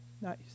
Nice